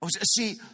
See